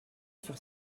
sur